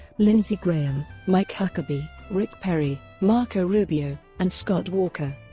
lindsey graham, mike huckabee, rick perry, marco rubio, and scott walker.